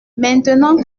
maintenant